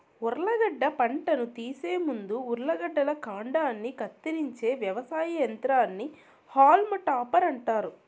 ఉర్లగడ్డ పంటను తీసే ముందు ఉర్లగడ్డల కాండాన్ని కత్తిరించే వ్యవసాయ యంత్రాన్ని హాల్మ్ టాపర్ అంటారు